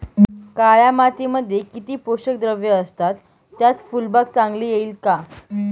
काळ्या मातीमध्ये किती पोषक द्रव्ये असतात, त्यात फुलबाग चांगली येईल का?